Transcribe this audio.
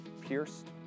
pierced